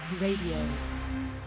radio